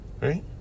right